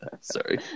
Sorry